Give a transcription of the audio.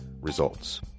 Results